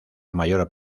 mayor